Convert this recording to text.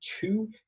two